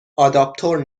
آداپتور